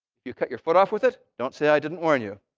you cut your foot off with it, don't say i didn't warn you.